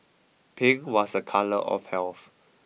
pink was a colour of health